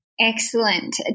excellent